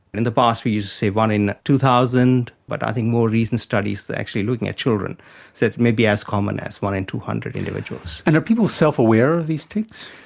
in the past we used to say one in two thousand, but i think more recent studies actually looking at children say it may be as common as one in two hundred individuals. and are people self-aware of these tics?